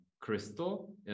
crystal